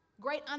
great